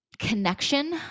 connection